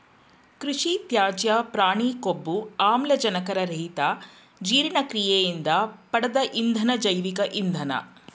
ಕೃಷಿತ್ಯಾಜ್ಯ ಪ್ರಾಣಿಕೊಬ್ಬು ಆಮ್ಲಜನಕರಹಿತಜೀರ್ಣಕ್ರಿಯೆಯಿಂದ ಪಡ್ದ ಇಂಧನ ಜೈವಿಕ ಇಂಧನ